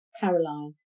Caroline